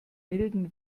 milden